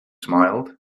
smiled